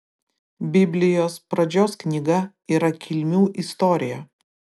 biblijos pradžios knyga yra kilmių istorija